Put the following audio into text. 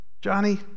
Johnny